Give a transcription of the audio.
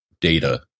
data